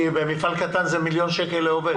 כי במפעל קטן זה מיליון שקל לעובד.